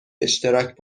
اشتراک